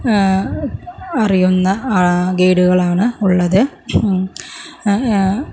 അറിയുന്ന ഗൈഡുകളാണ് ഉള്ളത്